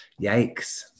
yikes